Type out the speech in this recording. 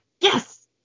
yes